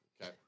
Okay